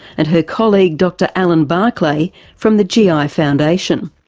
and her colleague dr alan barclay from the gi ah foundation.